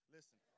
Listen